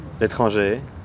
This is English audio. l'étranger